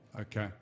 Okay